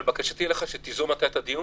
אני מבקש שאתה תיזום את הדיון.